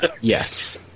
yes